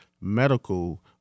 medical